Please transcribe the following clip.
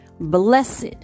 blessed